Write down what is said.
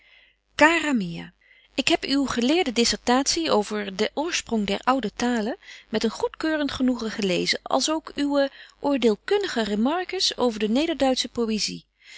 ik heb uw geleerde dissertatie over den oorsprong der oude talen met een goedkeurent genoegen gelezen als ook uwe oordeelkundigen remarques over de nederduitsche poézy